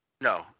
No